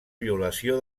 violació